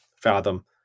fathom